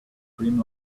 dream